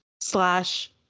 slash